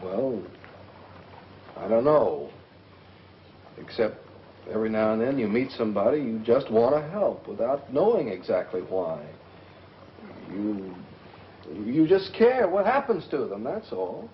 all i don't know except every now and then you meet somebody you just want to help without knowing exactly why when you just care what happens to them that